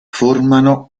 formano